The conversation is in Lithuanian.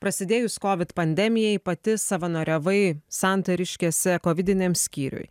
prasidėjus kovid pandemijai pati savanoriavai santariškėse kovidiniam skyriuj